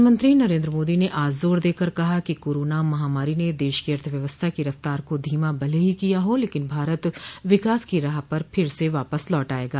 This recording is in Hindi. प्रधानमंत्री नरेन्द्र मोदी ने आज जोर देकर कहा कि कोरोना महामारी ने देश की अर्थव्यवस्था की रफ्तार को धीमा भले ही किया हो लेकिन भारत विकास की राह पर फिर से वापस लौट आयेगा